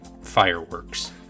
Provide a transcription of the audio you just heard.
fireworks